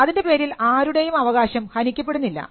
അതിൻറെ പേരിൽ ആരുടേയും അവകാശം ഹനിക്കപ്പെടുന്നില്ല